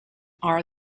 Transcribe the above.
are